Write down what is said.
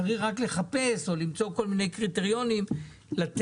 צריך לחפש או למצוא כל מיני קריטריונים לתת.